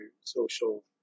social